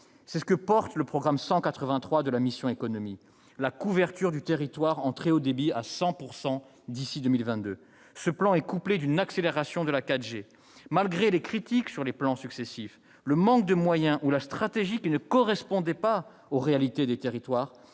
est territoriale. Le programme 343 de la mission « Économie » porte la couverture du territoire en très haut débit à 100 % d'ici à 2022. Ce plan est couplé à une accélération du déploiement de la 4G. Malgré les critiques sur les plans successifs, le manque de moyens ou la stratégie menée, qui ne correspondait pas aux réalités des territoires,